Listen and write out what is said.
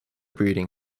breeding